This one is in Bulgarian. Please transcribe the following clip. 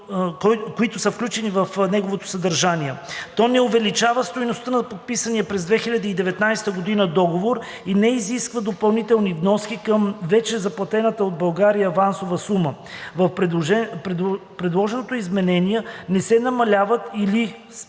които са включени в неговото съдържание. То не увеличава стойността на подписания през 2019 г. договор и не изисква допълнителни вноски към вече заплатената от България авансова сума. С предложеното изменение не се намаляват или стесняват